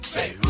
Say